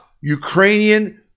Ukrainian